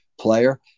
player